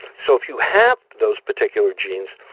so if you have those particular genes,